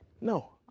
no